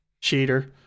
Cheater